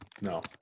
No